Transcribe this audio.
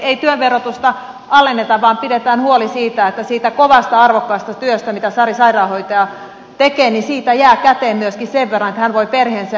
ei työn verotusta alenneta vaan pidetään huoli siitä että siitä kovasta arvokkaasta työstä mitä sari sairaanhoitaja tekee jää käteen myöskin sen verran että hän voi perheensä ja itsensä elättää